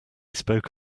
spoke